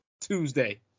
Tuesday